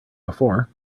before